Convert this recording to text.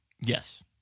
Yes